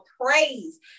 praise